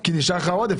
כי נשאר לך עודף.